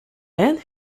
and